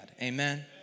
Amen